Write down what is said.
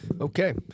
Okay